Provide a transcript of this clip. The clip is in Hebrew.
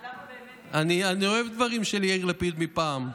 למה באמת, אני אוהב דברים של יאיר לפיד מפעם.